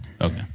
Okay